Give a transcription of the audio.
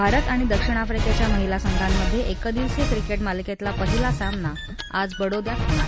भारत आणि दक्षिण आफ्रिक्ख्या महिला संघांमध्किदिवसीय क्रिक्त मालिक्विला पहिला सामना आज बडोद्यात होणार